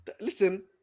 Listen